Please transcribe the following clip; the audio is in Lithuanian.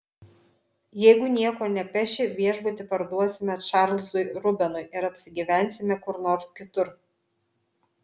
jeigu nieko nepeši viešbutį parduosime čarlzui rubenui ir apsigyvensime kur nors kitur